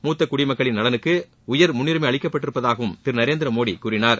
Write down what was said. மூத்த குடிமக்களின் நலனுக்கு உயர் முன்னுரிமை அளிக்கப்பட்டிருப்பதாகவும் திரு நரேந்திரமோடி கூறினார்